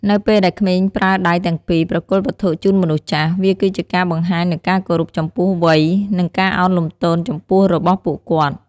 នៅពេលដែលក្មេងប្រើដៃទាំងពីរប្រគល់វត្ថុជូនមនុស្សចាស់ វាគឺជាការបង្ហាញនូវការគោរពចំពោះវ័យ និងការឱនលំទោនចំពោះរបស់ពួកគាត់។